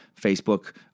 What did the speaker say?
Facebook